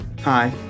Hi